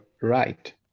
right